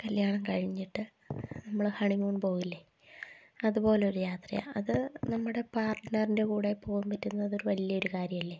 കല്യാണം കഴിഞ്ഞിട്ട് നമ്മൾ ഹണിമൂൺ പോകില്ലേ അതുപോലൊരു യാത്രയാണ് അത് നമ്മുടെ പാര്ട്ട്ണറുടെ കൂടെ പോവാൻ പറ്റുന്നത് ഒരു വലിയൊരു കാര്യമല്ലേ